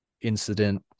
incident